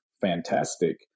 fantastic